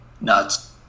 nuts